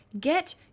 Get